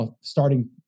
starting